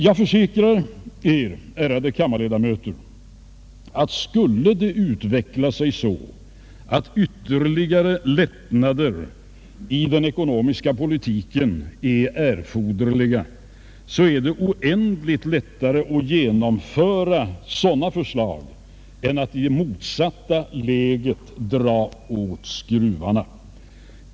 Jag försäkrar er, ärade kammarledamöter, att om det skulle utveckla sig så att ytterligare lättnader i den ekonomiska politiken erfordras är det oändligt mycket lättare att genomföra sådana förslag än att i det motsatta läget dra åt skruvarna.